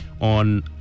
on